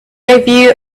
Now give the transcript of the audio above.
review